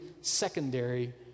secondary